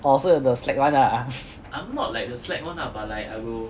oh so you're like the slack one ah